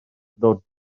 ddod